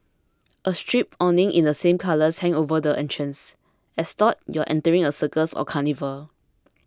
a striped awning in the same colours hang over the entrance as though you are entering a circus or carnival